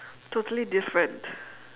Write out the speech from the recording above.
totally different